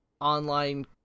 online